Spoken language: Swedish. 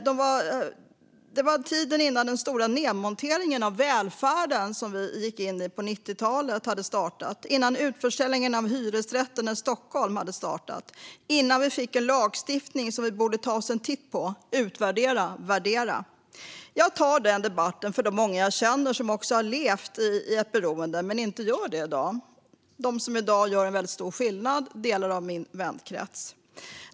Detta var tiden innan den stora nedmontering av välfärden som vi gick in i på 90-talet hade startat, innan utförsäljningen av hyresrätterna i Stockholm hade startat och innan vi fick en lagstiftning som vi borde ta oss en titt på, utvärdera och värdera. Jag tar debatten för de många jag känner som har levt i ett beroende men inte gör det i dag, som i dag gör en väldigt stor skillnad - delar av min vänkrets.